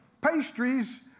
pastries